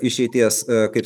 išeities kaip